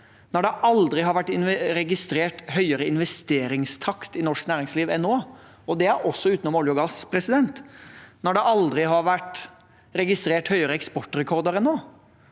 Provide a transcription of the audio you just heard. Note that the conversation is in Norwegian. nå. Det har aldri vært registrert høyere investeringstakt i norsk næringsliv enn nå, og det er utenom olje og gass. Det har aldri vært registrert høyere eksportrekorder enn nå.